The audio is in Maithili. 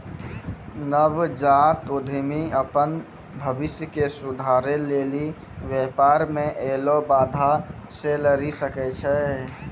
नवजात उद्यमि अपन भविष्य के सुधारै लेली व्यापार मे ऐलो बाधा से लरी सकै छै